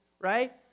right